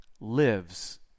lives